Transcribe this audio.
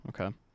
okay